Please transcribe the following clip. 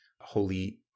holy